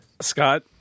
Scott